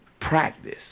practice